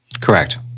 Correct